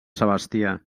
sebastià